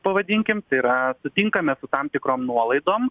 pavadinkim tai yra sutinkame su tam tikrom nuolaidom